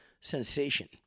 sensation